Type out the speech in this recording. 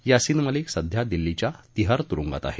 यासिन मलिक सध्या दिल्लीच्या तिहार तुरुंगात आहे